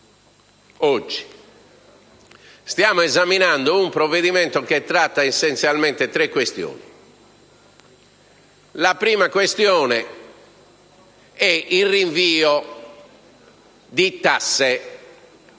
oggi? Stiamo esaminando un provvedimento che tratta essenzialmente tre questioni. La prima questione è il rinvio di tasse,